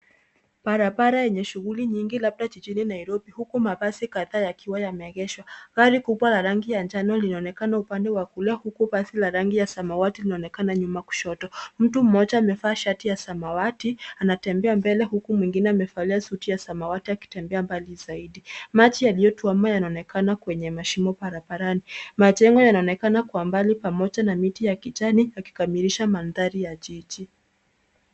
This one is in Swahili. Barabara yenye shughuli nyingi labda jijini Nairobi huku mabasi kadhaa yakiwa yameegeshwa. Gari kubwa la rangi ya njano linaonekana upande wa kulia huku basi la rangi ya samawati linaonekana nyuma kushoto. Mtu mmoja amevaa shati ya samawati anatembea mbele huku mwingine amevalia suti ya samawati akitembea mbali zaidi. Maji yaliyotuama yanaonekana kwenye mashimo barabarani. Majendo yanaonekana kwa mbali pamoja na miti ya kijani yakikamilisha mandhari ya jiji.